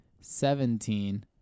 seventeen